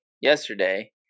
yesterday